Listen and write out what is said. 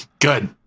Good